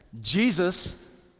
Jesus